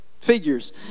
figures